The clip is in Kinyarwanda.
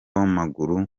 w’amaguru